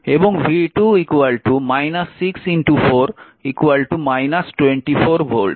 এবং v 2 6 4 24 volt